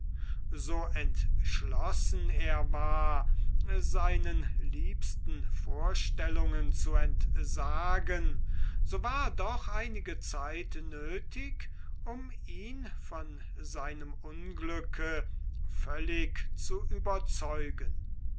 so entschlossen er war seinen liebsten vorstellungen zu entsagen so war doch einige zeit nötig um ihn von seinem unglücke völlig zu überzeugen